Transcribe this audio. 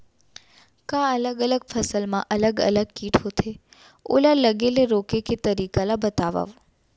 का अलग अलग फसल मा अलग अलग किट होथे, ओला लगे ले रोके के तरीका ला बतावव?